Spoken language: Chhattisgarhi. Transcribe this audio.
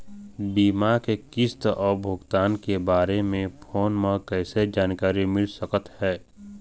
बीमा के किस्त अऊ भुगतान के बारे मे फोन म कइसे जानकारी मिल सकत हे?